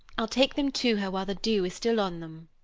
i'll take them to her while the dew is still on them.